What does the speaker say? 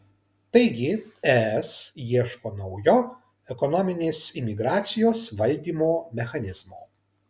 taigi es ieško naujo ekonominės imigracijos valdymo mechanizmo